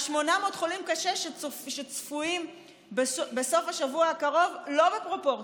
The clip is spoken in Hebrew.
800 החולים הקשים שצפויים בסוף השבוע הקרוב לא בפרופורציות.